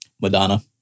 Madonna